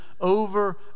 over